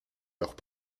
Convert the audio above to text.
leurs